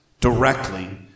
directly